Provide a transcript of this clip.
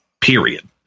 Period